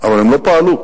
אבל הם לא פעלו.